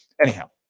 Anyhow